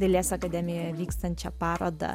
dailės akademijoje vykstančią parodą